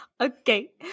Okay